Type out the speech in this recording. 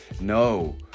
No